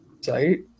site